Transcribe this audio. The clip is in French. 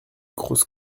grosse